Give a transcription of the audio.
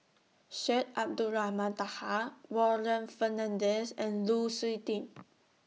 Syed Abdulrahman Taha Warren Fernandez and Lu Suitin